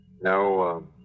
No